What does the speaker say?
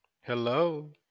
Hello